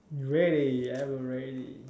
ready ever ready